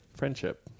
friendship